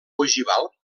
ogival